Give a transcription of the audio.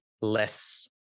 less